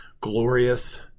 glorious